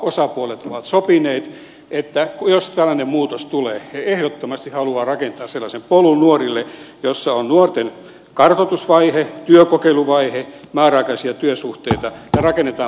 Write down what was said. rakennusalaosapuolet ovat sopineet että jos tällainen muutos tulee he ehdottomasti haluavat rakentaa sellaisen polun nuorille jossa on nuorten kartoitusvaihe työkokeiluvaihe määräaikaisia työsuhteita ja rakennetaan polku työelämään